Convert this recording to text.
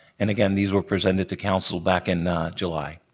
and, again, these were presented to council back in july.